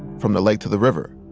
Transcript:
from the lake to the river.